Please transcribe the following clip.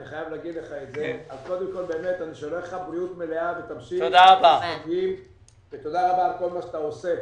אני שולח לך בריאות מלאה ותודה רבה על כל מה שאתה עושה.